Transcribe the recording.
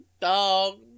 dog